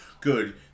good